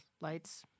Lights